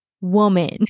woman